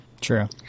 True